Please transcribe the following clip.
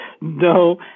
No